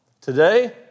Today